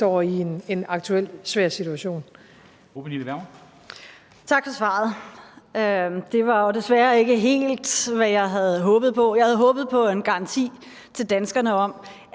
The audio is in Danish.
Pernille Vermund (NB): Tak for svaret. Det var desværre ikke helt, hvad jeg havde håbet på. Jeg havde håbet på en garanti til danskerne om,